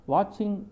Watching